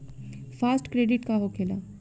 Fast credit का होखेला?